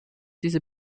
diese